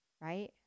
right